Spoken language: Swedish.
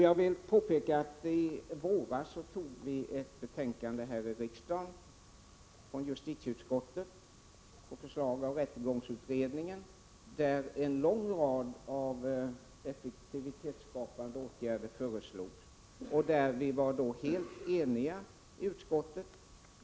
Jag vill påpeka att i våras godkände riksdagen ett betänkande från justitieutskottet som byggde på förslag från rättegångsutredningen om en lång rad av effektivitetsskapande åtgärder. Vi var då helt eniga i utskottet.